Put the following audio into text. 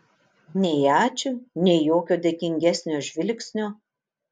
nei ačiū nei jokio dėkingesnio žvilgsnio